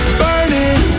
burning